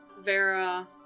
Vera